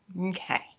okay